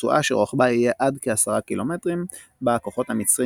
ברצועה שרוחבה יהיה עד כ-10 ק"מ בה הכוחות המצרים